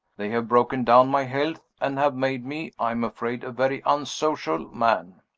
they have broken down my health, and have made me, i am afraid, a very unsocial man.